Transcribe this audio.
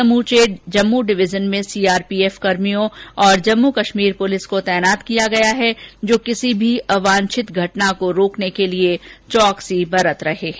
समूचे जम्मू डिविजन में सीआरपीएफ कर्मियों और जम्मू कश्मीर पुलिस को तैनात किया गया है जो किसी भी अवांछित घटना को रोकने के लिए चौकसी बनाए हुए हैं